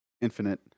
infinite